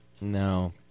No